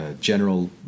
general